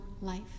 life